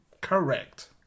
Correct